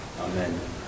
Amen